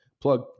Plug